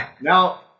Now